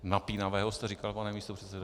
Napínavého jste říkal, pane místopředsedo?